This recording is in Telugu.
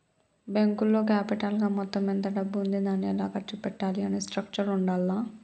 బ్యేంకులో క్యాపిటల్ గా మొత్తం ఎంత డబ్బు ఉంది దాన్ని ఎలా ఖర్చు పెట్టాలి అనే స్ట్రక్చర్ ఉండాల్ల